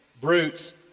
brutes